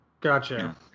gotcha